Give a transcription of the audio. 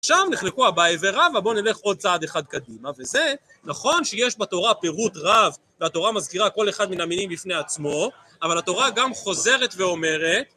שם נחלקו הבאי ורבא, ובואו נלך עוד צעד אחד קדימה, וזה, נכון שיש בתורה פירוט רב והתורה מזכירה כל אחד מן המינים לפני עצמו, אבל התורה גם חוזרת ואומרת